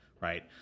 right